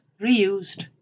reused